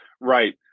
Right